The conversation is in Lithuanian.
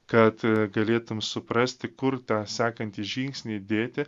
kad a galėtum suprasti kur tą sekantį žingsnį įdėti